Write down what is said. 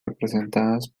representadas